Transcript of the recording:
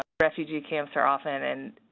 refugee camps are often and